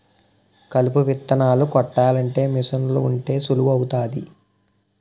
కలుపు విత్తనాలు కొట్టాలంటే మీసన్లు ఉంటే సులువు అవుతాది